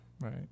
Right